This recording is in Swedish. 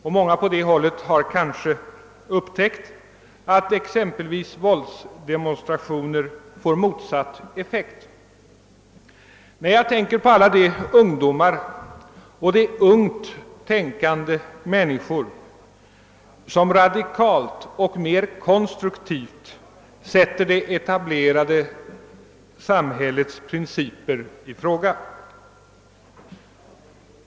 Och många på det hållet har kanske upptäckt att exempelvis våldsdemonstrationer får en effekt motsatt den avsedda. Nej, jag tänker på alla de ungdomar och de ungt tänkande människor som radikalt och mer konstruktivt sätter det etablerade samhällets principer i fråga.